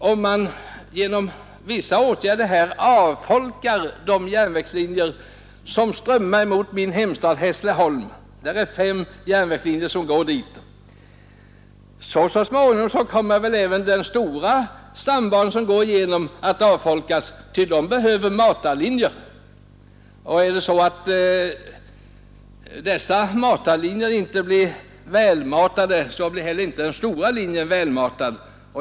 Om man genom vissa åtgärder avfolkar de fem järnvägslinjer som strålar samman i min hemstad Hässleholm, så kommer väl även stambanan att avfolkas, ty den behöver sina matarlinjer. Om anslutningslinjerna inte är välmatade, så blir inte heller den stora linjen välmatad.